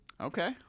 Okay